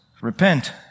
Repent